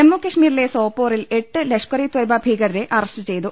ജമ്മു കശ്മീരിലെ സോപോറിൽ എട്ട് ലഷ്കർ ഇ ത്വയ്ബ ഭീകരരെ അറസ്റ്റ് ചെയ്തു